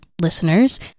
listeners